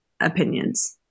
opinions